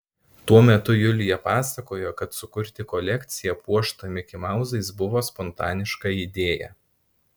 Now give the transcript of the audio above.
tuo metu julija pasakojo kad sukurti kolekciją puoštą mikimauzais buvo spontaniška idėja